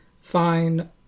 Fine